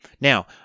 Now